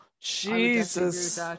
Jesus